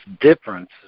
difference